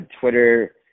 Twitter